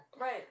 Right